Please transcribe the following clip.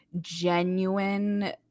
genuine